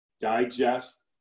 digest